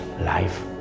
life